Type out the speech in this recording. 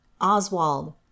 Oswald